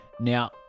Now